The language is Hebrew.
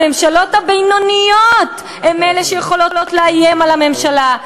המפלגות הבינוניות הן אלה שיכולות לאיים על הממשלה,